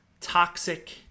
toxic